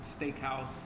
Steakhouse